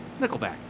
Nickelback